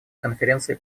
конференции